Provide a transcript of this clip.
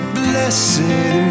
blessed